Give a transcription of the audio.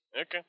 Okay